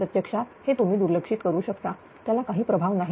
प्रत्यक्षात हे तुम्ही दुर्लक्षित करू शकता त्याला काही प्रभाव नाही